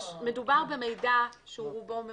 מדובר במידע שרובו ממוחשב,